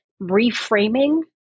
reframing